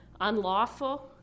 unlawful